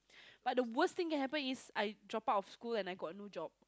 but the worst thing can happen is I drop out of school and I got no job